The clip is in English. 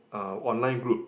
uh online group